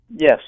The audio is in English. yes